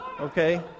Okay